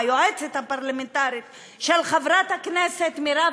והיועצת הפרלמנטרית של חברת הכנסת מרב